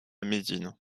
médine